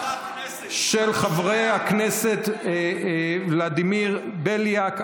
של חברי הכנסת ולדימיר בליאק,